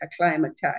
acclimatized